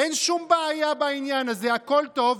אין שום בעיה בעניין הזה, הכול טוב.